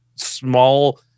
Small